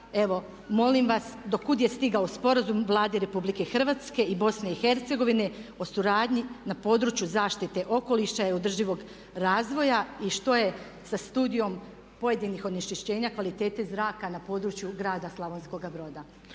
evo molim vas, do kuda je stigao sporazum Vlade RH i Bosne i Hercegovine o suradnji na području zaštite okoliša i održivog razvoja? I što je sa studijom pojedinih onečišćenja kvalitete zraka na području grada Slavonskoga Broda?